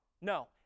No